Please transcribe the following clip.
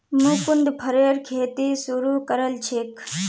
मुकुन्द फरेर खेती शुरू करल छेक